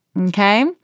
okay